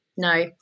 No